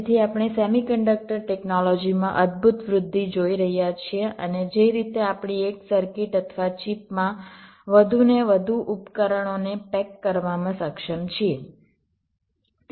તેથી આપણે સેમિકન્ડક્ટર ટેક્નોલોજીમાં અદભૂત વૃદ્ધિ જોઈ રહ્યા છીએ અને જે રીતે આપણે એક સર્કિટ અથવા ચિપમાં વધુને વધુ ઉપકરણોને પેક કરવામાં સક્ષમ છીએ